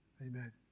Amen